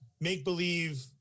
make-believe